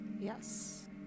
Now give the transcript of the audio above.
Yes